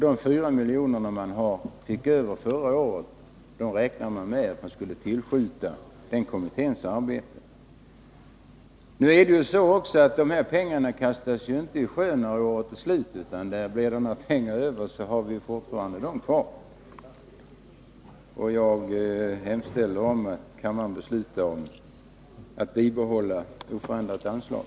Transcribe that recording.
De 4 miljoner man fick över förra året räknar man med att tillskjuta för kommissionens arbete. Det är också så att de pengar som eventuellt blir över inte kastas i sjöri, utan dem har vi fortfarande kvar. Jag hemställer om kammarens bifall till yrkandet om oförändrat anslag.